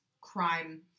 crime